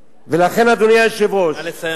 לכן, אדוני היושב-ראש, נא לסיים.